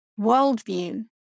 worldview